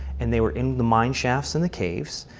and they were in the mine shafts and the caves.